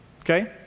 Okay